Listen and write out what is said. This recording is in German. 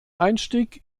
einstieg